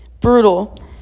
brutal